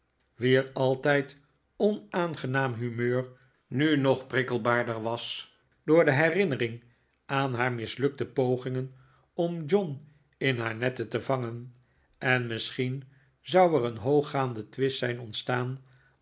altijd onaangenaam humeur nu nog prikkelbaarder was door de herinnering aan haar mislukte pogingen om john in haar netten te vangen en misschien zou er een hooggaande twist zijn ontstaan